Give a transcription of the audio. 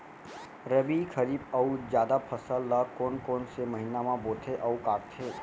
रबि, खरीफ अऊ जादा फसल ल कोन कोन से महीना म बोथे अऊ काटते?